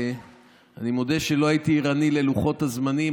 ואני מודה שלא הייתי ערני ללוחות הזמנים,